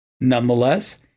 Nonetheless